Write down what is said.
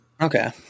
okay